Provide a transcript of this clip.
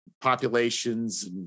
populations